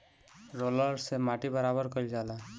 roller से माटी बराबर कइल जाला